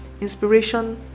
inspiration